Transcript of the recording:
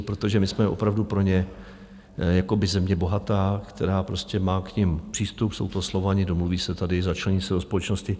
Protože my jsme opravdu pro ně jakoby země bohatá, která prostě k nim má přístup, jsou to Slované, domluví se tady, začlení se do společnosti.